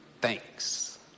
thanks